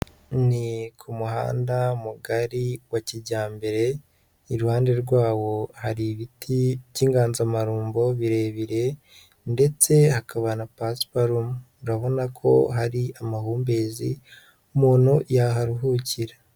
Ni ku muhanda mugari wa kijyambere, iruhande rwawo hari ibiti by'inganzamarumbo birebire ndetse hakaba na pasiparume, urabona ko hari amahumbezi umuntu yaharuhukira.